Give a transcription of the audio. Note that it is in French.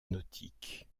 nautiques